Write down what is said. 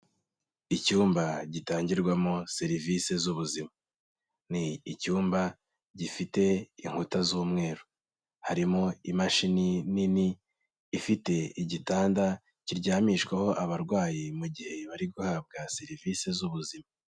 Icyumba gitangirwamo serivise z'ubuzima, ni icyumba gifite inkuta z'umweru, harimo imashini nini ifite igitanda kiryamishwaho abarwayi mu gihe bari guhabwa serivise z'ubuzima.